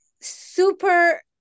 super